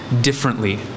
differently